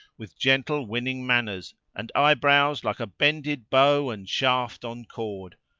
with gentle winning manners and eyebrows like a bended bow and shaft on cord,